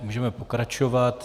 Můžeme pokračovat.